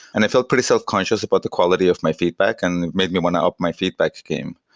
and i felt pretty self-conscious about the quality of my feedback and made me want to up my feedback game.